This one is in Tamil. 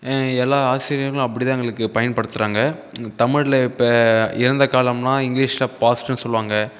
எல்லா ஆசிரியர்களும் அப்படிதான் எங்களுக்கு பயன்படுத்துறாங்க இங்கே தமிழில் இப்போ இறந்தகாலம்னால் இங்கிலீஷில் பாஸ்ட்டுனு சொல்லுவாங்க